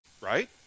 Right